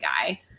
guy